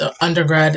undergrad